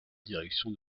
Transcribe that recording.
direction